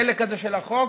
החלק הזה של החוק,